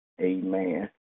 amen